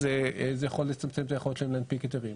אז זה יכול לצמצם את היכולת שלהם להנפיק היתרים.